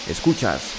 Escuchas